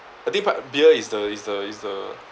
I think p~ beer is the is the is the